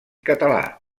català